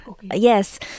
Yes